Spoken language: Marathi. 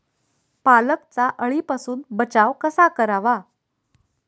पालकचा अळीपासून बचाव कसा करावा?